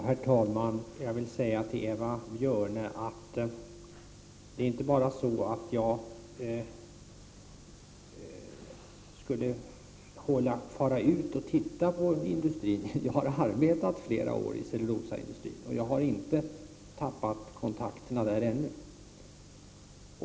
Herr talman! Jag vill säga till Eva Björne att det inte bara är på det sättet att jag skulle behöva fara ut och studera industrin. Jag har arbetat i flera år i cellulosaindustrin, och jag har ännu inte tappat kontakterna där.